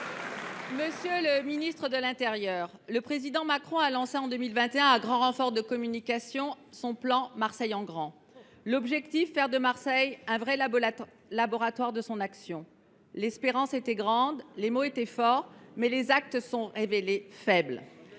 Monsieur le ministre de l’intérieur, en 2021, le président Macron a lancé, à grand renfort de communication, son plan « Marseille en grand ». L’objectif était de faire de Marseille un véritable laboratoire de son action. L’espérance était grande, les mots étaient forts, mais les actes se sont révélés faibles.